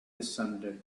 descended